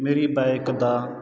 ਮੇਰੀ ਬਾਇਕ ਦਾ